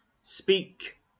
Speak